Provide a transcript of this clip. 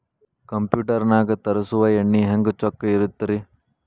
Computer ನಾಗ ತರುಸುವ ಎಣ್ಣಿ ಹೆಂಗ್ ಚೊಕ್ಕ ಇರತ್ತ ರಿ?